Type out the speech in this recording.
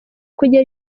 kugera